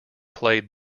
played